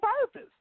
purpose